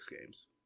games